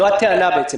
זו הטענה בעצם.